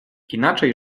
inaczej